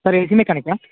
sir AC మెకానికా